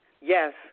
yes